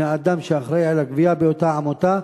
מאדם שאחראי על הגבייה באותה עמותה,